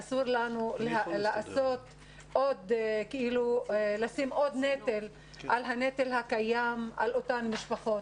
אסור לנו לשים עוד נטל על הנטל הקיים על אותן משפחות,